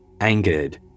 Angered